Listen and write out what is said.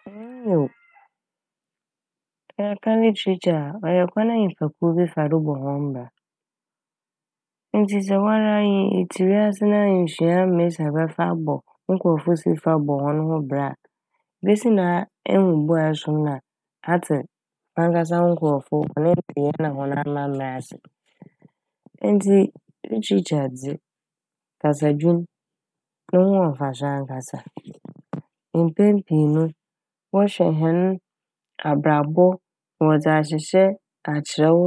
Nyew, yɛka "literature" a ɔyɛ kwan a nyimpakuw bi fa do bɔ hɔn bra ntsi sɛ woara nyi etse wiase na ennsua mesi a ɛbɛfa abɔ wo nkorɔfo si fa bɔ hɔn ho bra a besi dɛn a- ehu bo a ɛsom na atse wankasa wo nkorɔfo na hɔn amambra ase. Ntsi "literature" dze kasadwin no ho wɔ mfaso ankasa. Mpɛn pii no wɔhwɛ hɛn abrabɔ wɔdze ahyehyɛ akyerɛw,